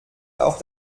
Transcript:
auch